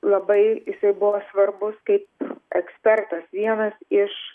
labai jisai buvo svarbus kaip ekspertas vienas iš